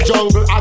Jungle